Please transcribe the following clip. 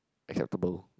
acceptable